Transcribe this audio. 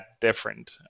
different